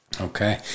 Okay